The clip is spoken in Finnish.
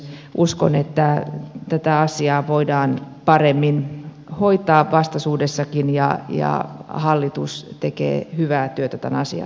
uskon että tätä asiaa voidaan paremmin hoitaa vastaisuudessakin ja hallitus tekee hyvää työtä tämän asian suhteen